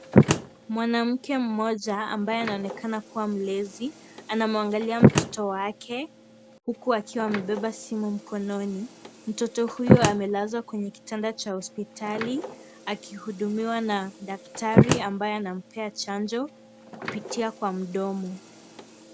Mwanamke mmoja ambae anaonekana kuwa mlezi anamwangalia mtoto wake huku akiwa amebeba simu mkononi. Mtoto huyu amelazwa kwenye kitanda cha hospitali akihudumiwa na daktari ambae anampea chanjo kupitia kwa mdomo.